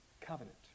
covenant